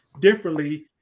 differently